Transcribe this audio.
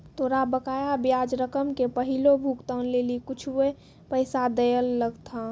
तोरा बकाया ब्याज रकम के पहिलो भुगतान लेली कुछुए पैसा दैयल लगथा